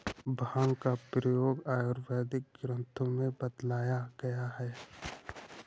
भाँग का प्रयोग आयुर्वेदिक ग्रन्थों में बतलाया गया है